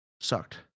sucked